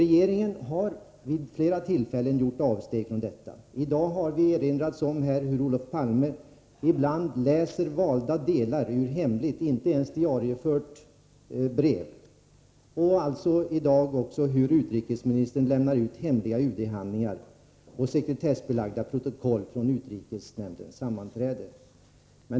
Regeringen har vid flera tillfällen gjort avsteg från sekretess 23 maj 1984 principen. I dag har vi erinrats om att Olof Palme läst upp valda delar av ett hemligt, inte ens diariefört, brev och att utrikesministern lämnat ut hemliga UD-handlingar och sekretessbelagda protokoll från utrikeshämndens sammanträde.